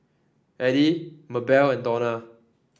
Edie Mabelle and Dona